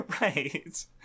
Right